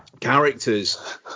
characters